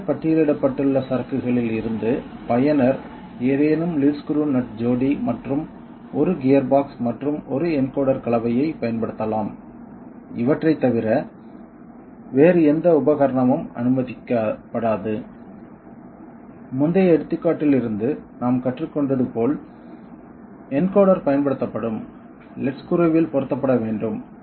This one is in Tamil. கீழே பட்டியலிடப்பட்டுள்ள சரக்குகளில் இருந்து பயனர் ஏதேனும் லீட் ஸ்க்ரூ நட் ஜோடி மற்றும் 1 கியர்பாக்ஸ் மற்றும் 1 என்கோடர் கலவையைப் பயன்படுத்தலாம் இவற்றைத் தவிர வேறு எந்த உபகரணமும் அனுமதிக்கப்படாது முந்தைய எடுத்துக்காட்டில் இருந்து நாம் கற்றுக்கொண்டது போல் என்கோடர் பயன்படுத்தப்படும் லீட் ஸ்க்ரூவில் பொருத்தப்பட வேண்டும்